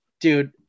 dude